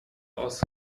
aus